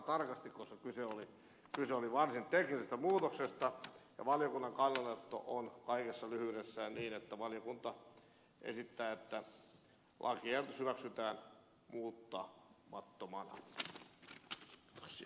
luin tämän sanatarkasti koska kyse oli varsin teknisestä muutoksesta ja valiokunnan kannanotto kuuluu kaikessa lyhyydessään niin että valiokunta esittää että lakiehdotus hyväksytään muuttamattomana